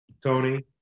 Tony